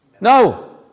No